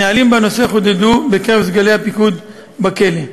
הנהלים בנושא חודדו בקרב סגלי הפיקוד בכלא.